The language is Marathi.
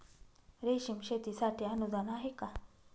रेशीम शेतीसाठी अनुदान आहे का?